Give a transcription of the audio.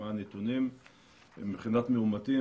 מה הנתונים מבחינת מאומתים,